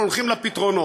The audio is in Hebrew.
אנחנו הולכים לפתרונות.